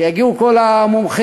שיגיעו כל המומחים,